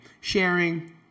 Sharing